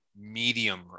medium